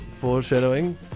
foreshadowing